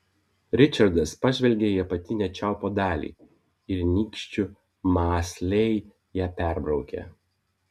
ričardas pažvelgė į apatinę čiaupo dalį ir nykščiu mąsliai ją perbraukė